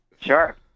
Sure